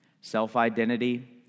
Self-identity